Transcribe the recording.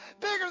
bigger